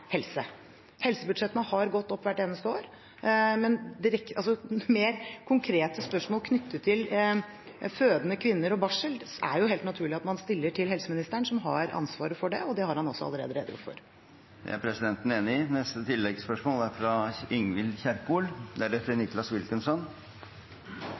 helse. Helsebudsjettene har gått opp hvert eneste år. Mer konkrete spørsmål knyttet til fødende kvinner og barsel er det helt naturlig at man stiller til helseministeren, som har ansvaret for det. Det har han også allerede redegjort for. Det er presidenten enig i. Ingvild Kjerkol – til oppfølgingsspørsmål. Verdens beste fødsels- og barselomsorg har Norge. Det er